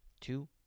two